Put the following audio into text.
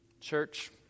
Church